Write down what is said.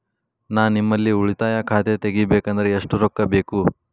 ನಾ ನಿಮ್ಮಲ್ಲಿ ಉಳಿತಾಯ ಖಾತೆ ತೆಗಿಬೇಕಂದ್ರ ಎಷ್ಟು ರೊಕ್ಕ ಬೇಕು?